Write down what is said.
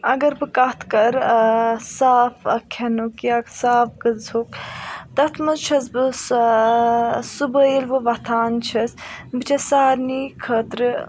اگر بہٕ کَتھ کَرٕ صاف کھٮ۪نُک یا صاف غٕزہُک تَتھ منٛز چھس بہٕ سا صبحٲے ییٚلہِ بہٕ وۄتھان چھس سارنٕے خٲطرٕ